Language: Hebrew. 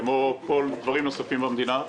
כמו דברים נוספים במדינה.